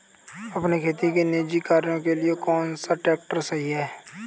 अपने खेती के निजी कार्यों के लिए कौन सा ट्रैक्टर सही है?